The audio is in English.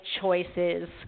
choices